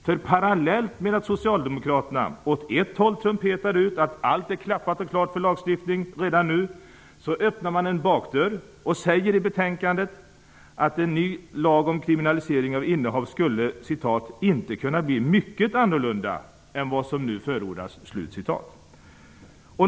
För parallellt med att socialdemokraterna åt ett håll trumpetar ut att allt är klappat och klart för lagstiftning redan nu, så öppnar man en bakdörr och säger i betänkandet att en ny lag om kriminalisering av innehav inte skulle kunna bli mycket annorlunda än vad som nu förordas.